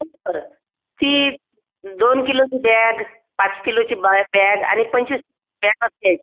हो बरं ती दोन किलोची बॅग पाच किलोची बाय बॅग आणि पंचवीस किलोची बॅग असते